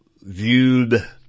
viewed